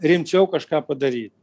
rimčiau kažką padaryt